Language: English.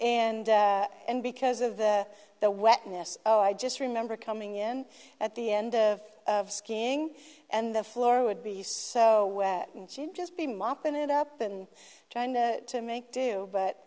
and and because of the the wetness oh i just remember coming in at the end of skiing and the floor would be so wet and she'd just be mopping it up and trying to make do